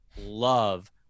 love